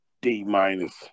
D-minus